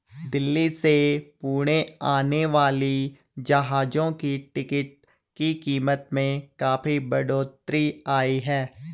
दिल्ली से पुणे आने वाली जहाजों की टिकट की कीमत में काफी बढ़ोतरी आई है